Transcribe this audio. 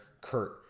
Kurt